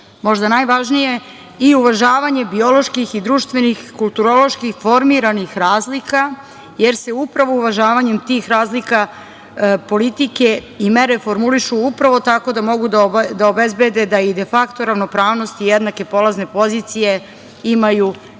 možda najvažnije i uvažavanje bioloških i društvenih, kulturoloških formiranih razlika, jer se upravo uvažavanjem tih razlika, politike i mere formulišu upravo tako da mogu da obezbede da i de fakto ravnopravnost i jednake polazne pozicije, imaju i